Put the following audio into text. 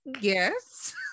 Yes